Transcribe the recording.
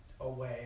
away